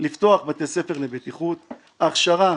לפתוח בתי ספר לבטיחות, הכשרה